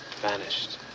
Vanished